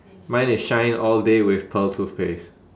mine is shine all day with pearl toothpaste